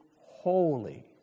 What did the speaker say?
holy